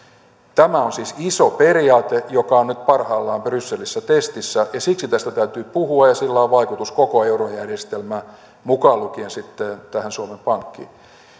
tämä on siis iso periaate joka on nyt parhaillaan brysselissä testissä ja siksi tästä täytyy puhua ja sillä on vaikutus koko eurojärjestelmään mukaan lukien sitten tähän suomen pankkiin